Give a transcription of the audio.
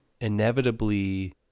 inevitably